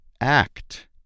Act